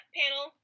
panel